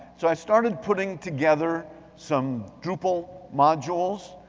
so i started putting together some drupal modules.